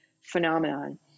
phenomenon